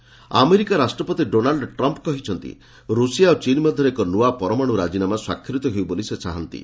Trump America ରାଷ୍ଟ୍ରପତି Donald Trump କହିଛନ୍ତି Russia ଓ ଚୀନ୍ ମଧ୍ୟରେ ଏକ ନୂଆ ପରମାଣ୍ଡ ରାଜିନାମା ସ୍ୱାକ୍ଷରିତ ହେଉ ବୋଲି ସେ ଚାହାନ୍ତି